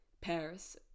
Paris